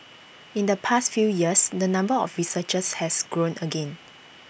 in the past few years the number of researchers has grown again